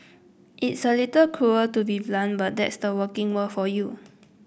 it's a little cruel to be blunt but that's the working world for you